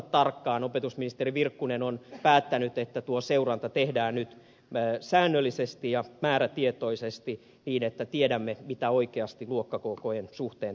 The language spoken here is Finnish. opetusministeri virkkunen on päättänyt että tuo seuranta tehdään nyt säännöllisesti ja määrätietoisesti niin että tiedämme mitä oikeasti luokkakokojen suhteen tapahtuu